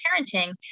parenting